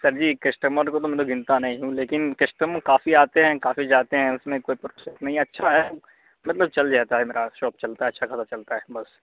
سر ji customer کو تو میں گنتا نہیں ہوں لیکن کسٹمر کافی آتے ہیں کافی جاتے ہیں اس میں کوئی پروسیس نہیں ہے اچھا ہے مطلب چل جاتا ہے میرا شاپ چلتا ہے اچھا خاصا چلتا ہے بس